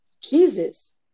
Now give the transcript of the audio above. Jesus